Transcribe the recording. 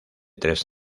tres